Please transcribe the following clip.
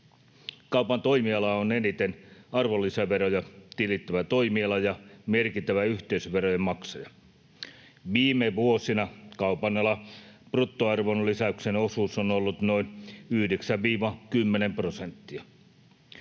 Kaupan toimiala on eniten arvonlisäveroja tilittävä toimiala ja merkittävä yhteisöverojen maksaja. Viime vuosina kaupan alan bruttoarvonlisäyksen osuus on ollut noin